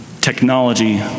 Technology